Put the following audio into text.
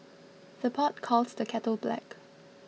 the pot calls the kettle black